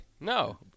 no